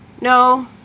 No